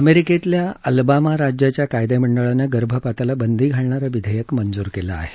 अमेरिकेतल्या अलाबामा राज्याच्या कायदेमंडळानं गर्भपाताला बंदी घालणारं विधेयक मंजूर केलं आहे